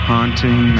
Haunting